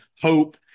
hope